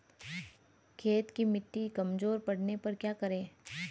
खेत की मिटी कमजोर पड़ने पर क्या करें?